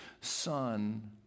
son